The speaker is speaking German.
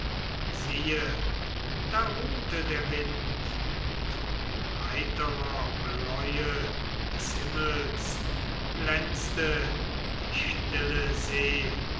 siehe da ruhte der wind von heiterer bläue des himmels glänzte die stille see